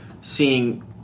seeing